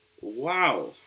Wow